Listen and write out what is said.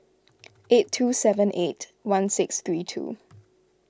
eight two seven eight one six three two